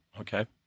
Okay